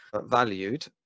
valued